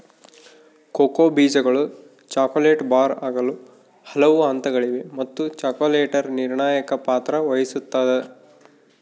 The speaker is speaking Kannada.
ಕೋಕೋ ಬೀಜಗಳು ಚಾಕೊಲೇಟ್ ಬಾರ್ ಆಗಲು ಹಲವು ಹಂತಗಳಿವೆ ಮತ್ತು ಚಾಕೊಲೇಟರ್ ನಿರ್ಣಾಯಕ ಪಾತ್ರ ವಹಿಸುತ್ತದ